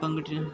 പങ്കിട്ട്